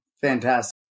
fantastic